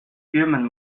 human